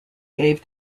gave